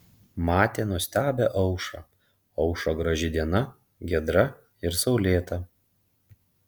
matė nuostabią aušrą aušo graži diena giedra ir saulėta